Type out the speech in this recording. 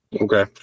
Okay